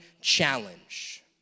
challenge